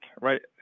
right